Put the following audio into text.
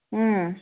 ꯎꯝ